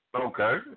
Okay